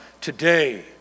today